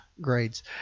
grades